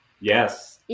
Yes